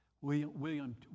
William